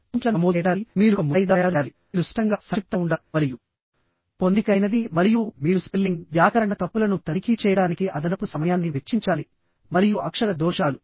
పాయింట్లను నమోదు చేయడానికి మీరు ఒక ముసాయిదా తయారు చేయాలి మీరు స్పష్టంగా సంక్షిప్తంగా ఉండాలి మరియు పొందికైనది మరియు మీరు స్పెల్లింగ్ వ్యాకరణ తప్పులను తనిఖీ చేయడానికి అదనపు సమయాన్ని వెచ్చించాలి మరియు అక్షర దోషాలు